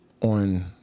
on